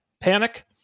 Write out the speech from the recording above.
Panic